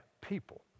people